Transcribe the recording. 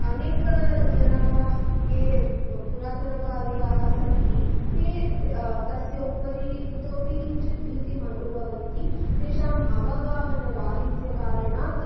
अनेकजनाः ये पुरातनकालीयाः सन्ति ते तस्य उपरि इतोपि किञ्चित् भीतिम् अनुभवन्ति तेषाम् अवगाहनराहित्यकारणात्